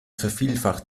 vervielfacht